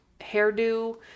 hairdo